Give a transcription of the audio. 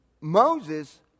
Moses